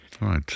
Right